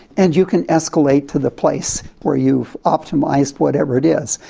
and you can escalate to the place where you've optimised whatever it is.